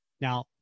Now